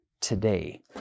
today